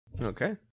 Okay